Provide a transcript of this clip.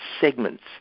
segments